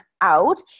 out